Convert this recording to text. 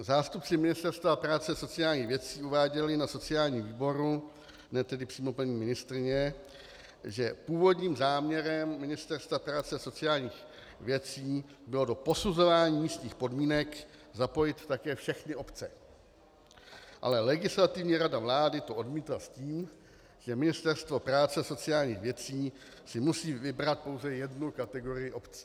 Zástupci Ministerstva práce a sociálních věcí uváděli na sociálním výboru, ne tedy přímo paní ministryně, že původním záměrem Ministerstva práce a sociálních věcí bylo do posuzování místních podmínek zapojit také všechny obce, ale Legislativní rada vlády to odmítla s tím, že Ministerstvo práce a sociálních věcí si musí vybrat pouze jednu kategorii obcí.